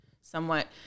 somewhat